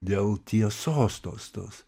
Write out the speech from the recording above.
dėl tiesos tos tos